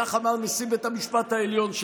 כך אמר נשיא בית המשפט העליון שלכם: